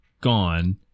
Gone